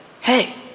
hey